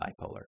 bipolar